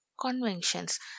conventions